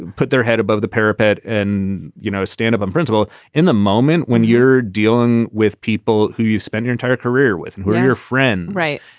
put their head above the parapet and, you know, stand up on principle in the moment when you're dealing with people who you've spent your entire career with and who are your friend. right.